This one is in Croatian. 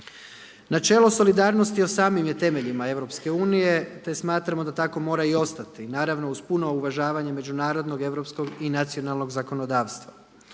Načelo solidarnosti u samim je temeljima Europske unije te smatramo da tako mora i ostati naravno uz puno uvažavanje međunarodnog, europskog i nacionalnog zakonodavstva.